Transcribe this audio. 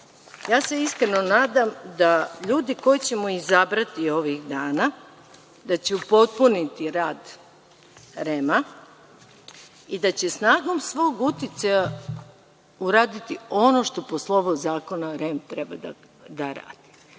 ima. Iskreno se nadam da ljudi koje ćemo izabrati ovih dana, da će upotpuniti rad REM-a i da će snagom svog uticaja uraditi ono što po slovu zakona REM treba da radi.